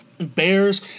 Bears